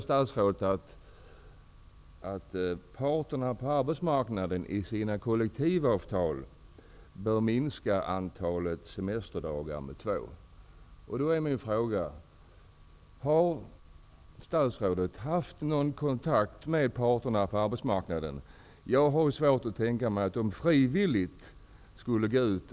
Statsrådet säger att parterna på arbetsmarknaden i sina kollektivavtal bör minska antalet semesterdagar med två.